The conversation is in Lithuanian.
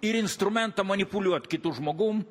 ir instrumentą manipuliuot kitu žmogum